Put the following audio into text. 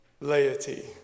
laity